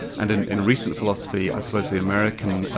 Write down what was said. and in in recent philosophy i suppose the american,